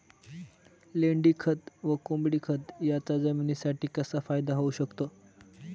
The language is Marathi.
लेंडीखत व कोंबडीखत याचा जमिनीसाठी कसा फायदा होऊ शकतो?